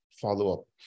follow-up